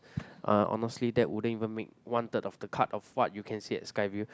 uh honestly that wouldn't even make one third of the cut of what you can see at Skyview